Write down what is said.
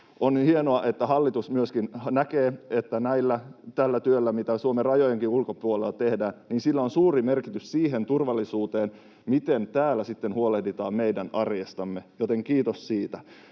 On hienoa, että hallitus näkee, että myös tällä työllä, mitä Suomen rajojen ulkopuolellakin tehdään, on suuri merkitys meidän turvallisuuteen ja miten täällä sitten huolehditaan meidän arjestamme, joten kiitos siitä.